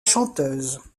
chanteuse